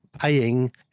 paying